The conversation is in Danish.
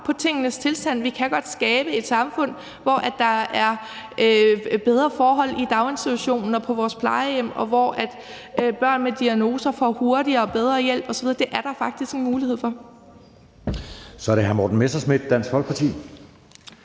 på tingenes tilstand. Vi kan godt skabe et samfund, hvor der er bedre forhold i daginstitutioner og på vores plejehjem, og hvor børn med diagnoser får hurtigere og bedre hjælp osv. Det er der faktisk en mulighed for.